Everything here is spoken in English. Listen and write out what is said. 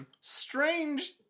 Strange